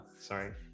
sorry